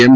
એમ